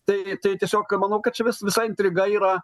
tai tai tiesiog manau kad šis visa intriga yra